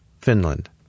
Finland